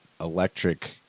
electric